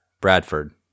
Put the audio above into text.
Bradford